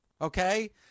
okay